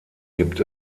gibt